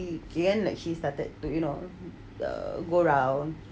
she again she started to you know go err around